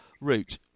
route